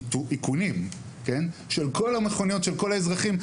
איכונים של כל המכוניות של כל האזרחים.